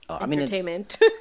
Entertainment